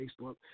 Facebook